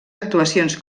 actuacions